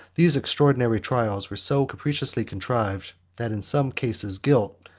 these extraordinary trials were so capriciously contrived, that, in some cases, guilt,